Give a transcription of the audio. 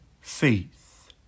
Faith